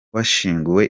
washyinguwe